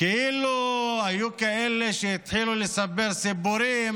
כאילו היו כאלה שהתחילו לספר סיפורים